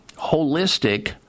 holistic